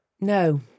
No